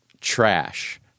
trash